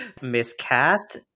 Miscast